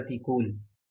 रुपए 377 प्रतिकूल